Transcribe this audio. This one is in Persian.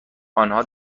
آنها